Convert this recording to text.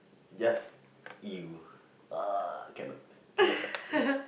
just !eww! ugh cannot cannot cannot